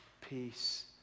peace